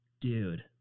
Dude